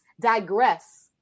digress